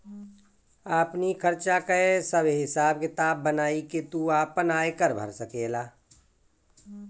आपनी खर्चा कअ सब हिसाब किताब बनाई के तू आपन आयकर भर सकेला